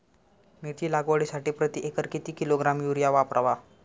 मिरची लागवडीसाठी प्रति एकर किती किलोग्रॅम युरिया वापरावा?